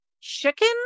chicken